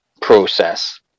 process